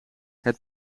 het